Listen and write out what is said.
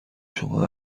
شما